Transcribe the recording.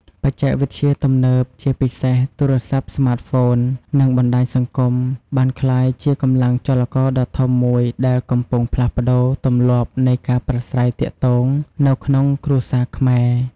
បច្ចេកវិទ្យាទំនើប ជាពិសេស ទូរស័ព្ទស្មាតហ្វូន និងបណ្ដាញសង្គម បានក្លាយជាកម្លាំងចលករដ៏ធំមួយដែលកំពុងផ្លាស់ប្តូរទម្លាប់នៃការប្រាស្រ័យទាក់ទងនៅក្នុងគ្រួសារខ្មែរ។